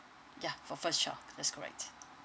ya for first child that's correct